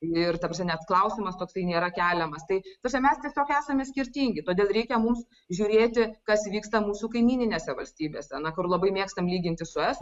ir ta prasme net klausimas toksai nėra keliamas tai ta prasme mes tiesiog esame skirtingi todėl reikia mums žiūrėti kas vyksta mūsų kaimyninėse valstybėse na kur labai mėgstame lyginti su estų